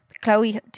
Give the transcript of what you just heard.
chloe